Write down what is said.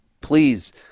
Please